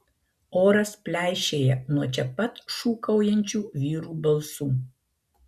oras pleišėja nuo čia pat šūkaujančių vyrų balsų